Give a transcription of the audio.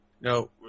No